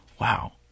wow